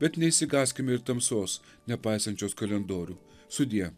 bet neišsigąskime ir tamsos nepaisančios kalendorių sudie